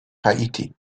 haiti